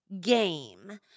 Game